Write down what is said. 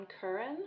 Curran